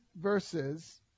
verses